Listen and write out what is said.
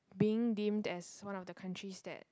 being deemed as one of the countries that